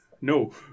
No